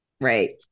Right